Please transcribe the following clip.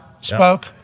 spoke